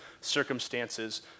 circumstances